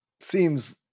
seems